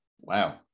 wow